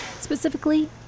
Specifically